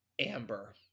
Amber